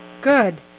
Good